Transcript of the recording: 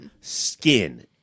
skin